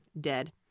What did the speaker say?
dead